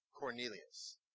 Cornelius